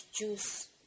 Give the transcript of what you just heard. juice